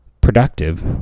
productive